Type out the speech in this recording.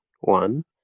one